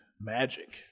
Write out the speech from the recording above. magic